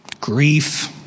grief